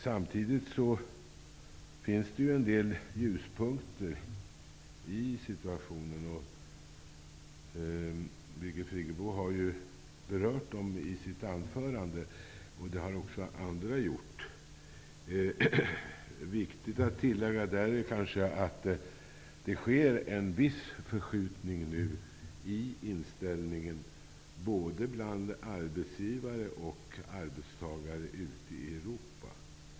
Samtidigt finns det en del ljuspunkter i situationen. Birgit Friggebo har berört dem i sitt anförande, och det har också andra gjort. Det är viktigt att tillägga därvidlag att det nu sker en viss förskjutning i inställningen både bland arbetsgivare och bland arbetstagare ute i Europa.